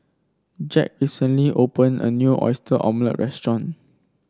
Jack recently opened a new Oyster Omelette restaurant